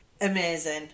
amazing